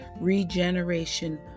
regeneration